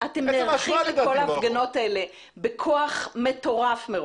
אתם נערכים מראש לכל ההפגנות האלה בכוח מטורף.